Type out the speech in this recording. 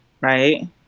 right